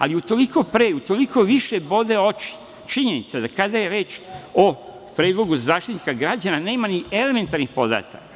Ali, utoliko pre, utoliko više bode oči činjenica da kada je reč o predlogu za Zaštitnika građana, nema ni elementarnih podataka.